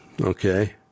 okay